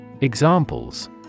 Examples